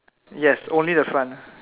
yes only the front